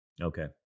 okay